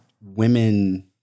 women